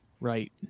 right